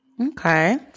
Okay